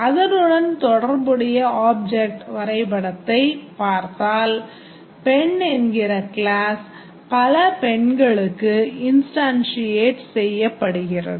அதனுடன் தொடர்புடைய object வரைபடத்தைப் பார்த்தால் பெண் என்கிற கிளாஸ் பல பெண்களுக்கு instantiate செய்யப்படுகிறது